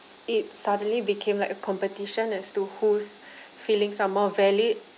it suddenly became like a competition as to whose feelings are more valid